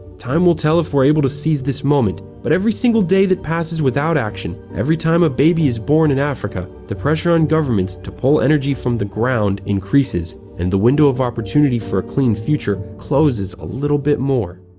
time will tell if we're able to seize this moment. but every single day that passes without action, every time a baby is born in africa, the pressure on governments to pull energy from the ground increases, and the window of opportunity for a clean future closes a little bit more.